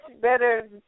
better